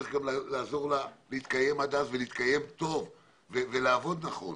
צריך גם לעזור לעיר להתקיים עד אז ולהתקיים טוב ולעבוד נכון.